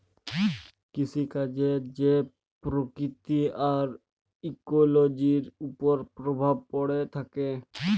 কিসিকাজের যে পরকিতি আর ইকোলোজির উপর পরভাব প্যড়ে থ্যাকে